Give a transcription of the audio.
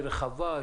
היא רחבה,